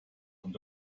und